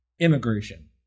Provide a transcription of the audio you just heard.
immigration